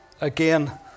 Again